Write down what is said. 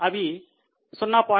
అవి 0